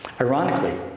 Ironically